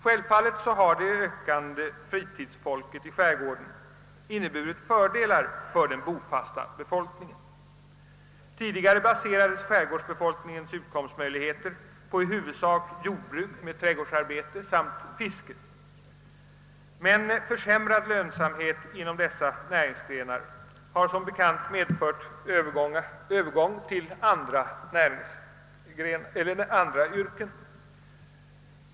Självfallet har ökningen av fritidsfolket i skärgården inneburit fördelar för den bofasta befolkningen. Tidigare baserades utkomsten i huvudsak på jordbruk, trädgårdsnäring och fiske. Men minskad lönsamhet inom dessa näringsgrenar har som bekant medfört övergång till andra yrken.